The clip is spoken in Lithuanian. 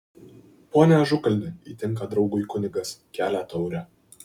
pone ažukalni įtinka draugui kunigas kelia taurę